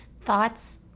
Thoughts